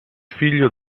figlio